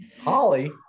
Holly